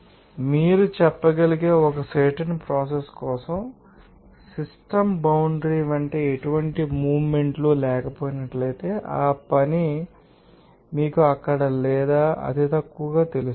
మరియు మీరు చెప్పగలిగే ఒక సర్టెన్ ప్రోసెస్ కోసం సిస్టమ్ బౌండ్రి వెంట ఎటువంటి మూవ్మెంట్ లు లేనట్లయితే ఆ పని మీకు అక్కడ లేదా అతితక్కువగా తెలుస్తుంది